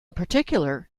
particular